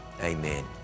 Amen